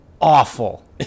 awful